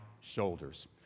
shoulders